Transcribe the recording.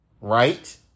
right